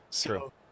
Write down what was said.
True